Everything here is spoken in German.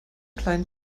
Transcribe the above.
kleinen